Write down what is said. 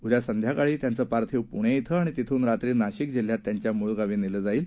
उद्या सायंकाळी त्यांचं पार्थिव पुणे इथं आणि तिथून रात्री नाशिक जिल्ह्यात त्यांच्या मूळ गावी नेलं जाईल